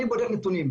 אני בודק נתונים.